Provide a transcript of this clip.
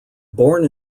born